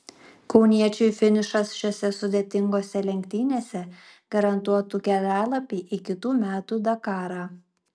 kauniečiui finišas šiose sudėtingose lenktynėse garantuotų kelialapį į kitų metų dakarą